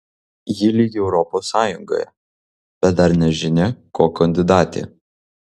ji lyg europos sąjungoje bet dar nežinia ko kandidatė